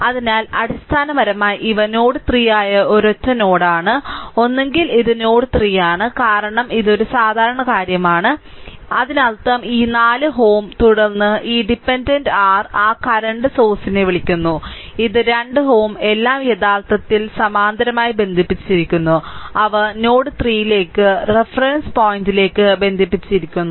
അതിനാൽ അടിസ്ഥാനപരമായി ഇവ നോഡ് 3 ആയ ഒരൊറ്റ നോഡാണ് ഒന്നുകിൽ ഇത് നോഡ് 3 ആണ് കാരണം ഇത് ഒരു സാധാരണ കാര്യമാണ് അതിനർത്ഥം ഈ 4 Ω തുടർന്ന് ഈ ഡിപെൻഡന്റ് r ആ കറന്റ് സോഴ്സ്നെ വിളിക്കുന്നു ഇത് 2 Ω എല്ലാം യഥാർത്ഥത്തിൽ സമാന്തരമായി ബന്ധിപ്പിച്ചിരിക്കുന്നു അവ നോഡ് 3 ലേക്ക് റഫറൻസ് പോയിന്റിലേക്ക് ബന്ധിപ്പിച്ചിരിക്കുന്നു